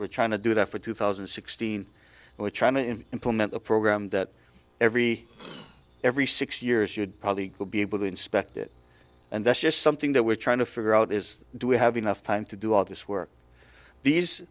are trying to do that for two thousand and sixteen and we're trying to implement a program that every every six years should probably will be able to inspect it and that's just something that we're trying to figure out is do we have enough time to do all this work these